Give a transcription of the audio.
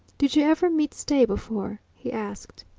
did you ever meet stay before? he asked.